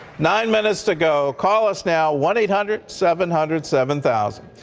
nine minutes to go. call us now, one eight hundred seven hundred seven thousand.